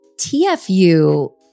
TFU